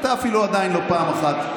אתה אפילו עדיין לא פעם אחת.